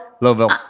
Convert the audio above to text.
Louisville